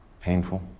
painful